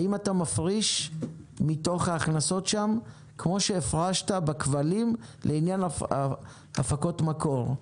האם אתה מפריש מתוך ההכנסות שם כפי שהפרשת בכבלים לעניין הפקות מקור?